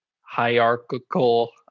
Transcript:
hierarchical